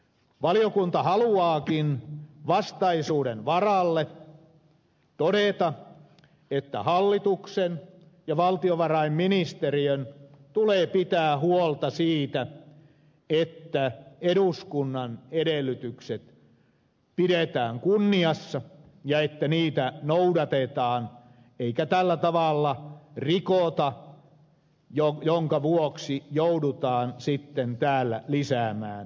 valiokunta haluaakin vastaisuuden varalle todeta että hallituksen ja valtiovarainministeriön tulee pitää huolta siitä että eduskunnan edellytykset pidetään kunniassa ja että niitä noudatetaan eikä tällä tavalla rikota minkä vuoksi joudutaan sitten täällä lisäämään menoja